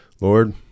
Lord